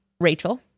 Rachel